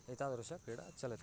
एतादृशक्रीडा चलति